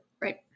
Right